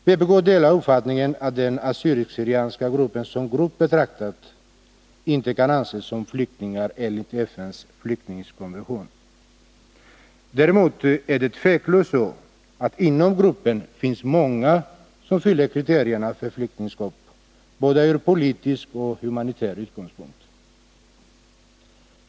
Vpk delar uppfattningen att de som tillhör den assyrisk/syrianska gruppen, som grupp betraktad, inte kan anses som flyktingar enligt FN:s flyktingkonvention. Däremot är det otvivelaktigt så, att det inom gruppen finns många som fyller kriterierna för flyktingskap, både från politisk och från humanitär utgångspunkt.